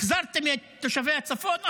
החזרתם את תושבי הצפון?